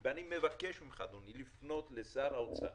אני מבקש ממך, אדוני, לפנות לשר האוצר